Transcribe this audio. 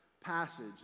passage